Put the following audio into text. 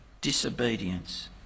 disobedience